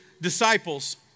disciples